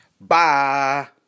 Bye